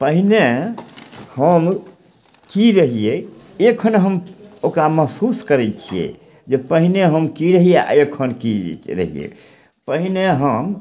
पहिने हम की रहियै एखन हम ओकरा महसूस करय छियै जे पहिने हम की रहियै आओर एखन की रहिए पहिने हम